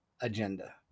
agenda